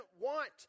want